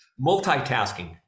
multitasking